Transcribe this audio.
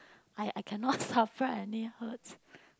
I I can not suffer any hurts